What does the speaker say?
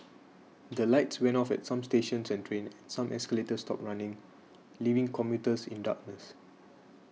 the lights went off at some stations and trains and some escalators stopped running leaving commuters in darkness